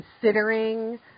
considering